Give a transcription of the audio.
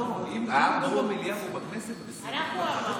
אנחנו אמרנו.